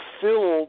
filled